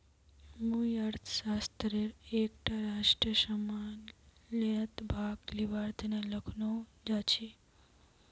मुई अर्थशास्त्रेर एकटा राष्ट्रीय सम्मेलनत भाग लिबार तने लखनऊ जाछी